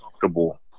comfortable